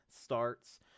starts